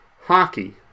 hockey